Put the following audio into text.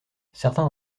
certains